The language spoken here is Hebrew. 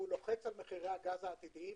ולוחץ על מחירי הגז העתידיים,